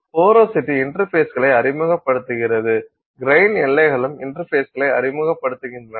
porosity இன்டர்பேஸ்களை அறிமுகப்படுத்துகிறது grain எல்லைகளும் இன்டர்பேஸ்களை அறிமுகப்படுத்துகின்றன